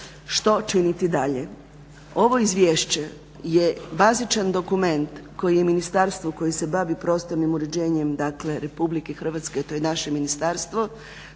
to činiti dalje. Ovo izvješće je bazičan dokument koji je Ministarstvo koje se bavi prostornim uređenjem dakle Republike Hrvatske, to je naše Ministarstvo,